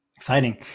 Exciting